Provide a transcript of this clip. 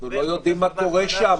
--- אנחנו לא יודעים מה קורה שם.